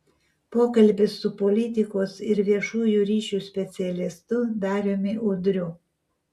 pokalbis su politikos ir viešųjų ryšių specialistu dariumi udriu